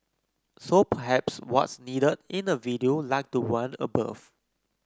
so perhaps what's needed is a video like the one above